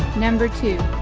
number two